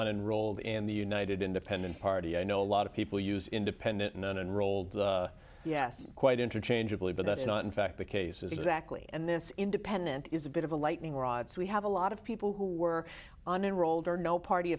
enrolled in the united independent party i know a lot of people use independent in an enrolled yes quite interchangeably but that is not in fact the case is exactly and this independent is a bit of a lightning rod so we have a lot of people who were on enrolled or no party